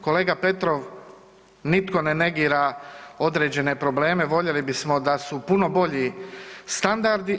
Kolega Petrov, nitko ne negira određene probleme, voljeli bismo da su puno bolji standardi.